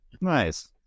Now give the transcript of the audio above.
Nice